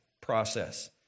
process